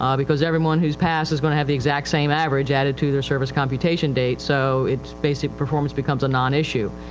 um because everyone whose passed is going to have the exact same average added to their service computation date. so itis basic, performance becomes a non-issue.